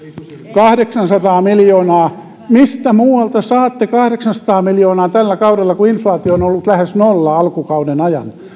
kahdeksansataa miljoonaa mistä muualta saatte kahdeksansataa miljoonaa tällä kaudella kun inflaatio on on ollut lähes nolla alkukauden ajan